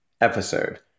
episode